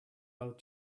both